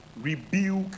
rebuke